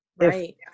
Right